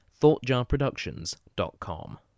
ThoughtJarProductions.com